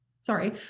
sorry